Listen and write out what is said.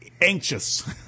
anxious